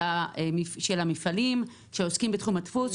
של המפעלים שעוסקים בתחום הדפוס,